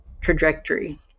trajectory